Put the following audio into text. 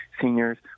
Seniors